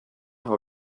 how